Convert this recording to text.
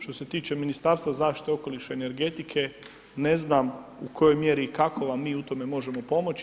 Što se tiče Ministarstva zaštite okoliša i energetike, ne znam, u kojoj mjeri i kako vam mi možemo pomoći.